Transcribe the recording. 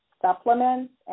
supplements